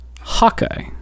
Hawkeye